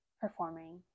performing